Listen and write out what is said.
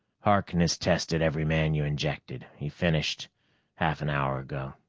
harkness tested every man you injected. he finished half an hour ago.